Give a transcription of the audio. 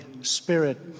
spirit